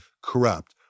corrupt